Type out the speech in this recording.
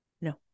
No